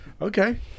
Okay